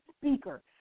speaker